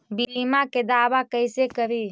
बीमा के दावा कैसे करी?